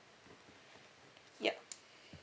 yup